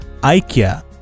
IKEA